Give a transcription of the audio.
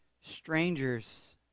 strangers